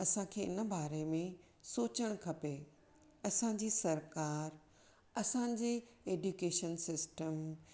असांखे न ॿारे मे सोचणु खपे असांजी सरकार असांजे ऐडिकेशन सिस्ट्म